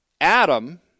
Adam